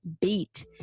beat